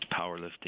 powerlifting